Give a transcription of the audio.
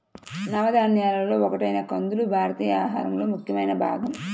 నవధాన్యాలలో ఒకటైన కందులు భారతీయుల ఆహారంలో ముఖ్యమైన భాగం